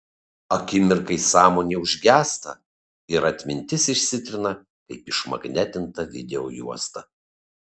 akimirkai sąmonė užgęsta ir atmintis išsitrina kaip išmagnetinta videojuosta